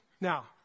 Now